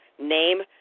name